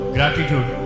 Gratitude